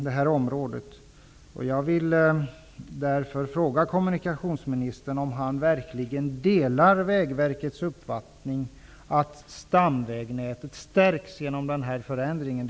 Därför undrar jag om kommunikationsministern verkligen delar Vägverkets uppfattning att stamvägnätet stärks genom den här förändringen.